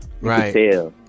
right